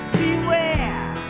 beware